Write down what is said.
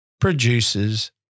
produces